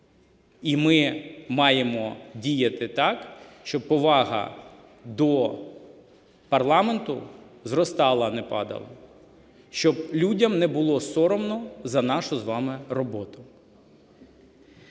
І ми маємо діяти так, щоб повага до парламенту зростала, а не падала, щоб людям не було соромно за нашу з вами роботу.